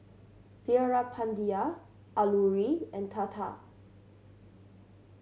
Veerapandiya Alluri and Tata